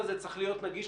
מחדש.